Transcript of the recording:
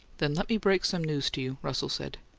then let me break some news to you, russell said.